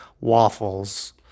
waffles